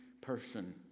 person